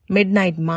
Midnight